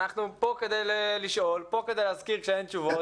אנחנו פה כדי לשאול, כדי להזכיר כשאין תשובות.